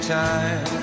time